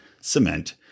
cement